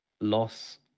loss